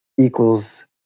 equals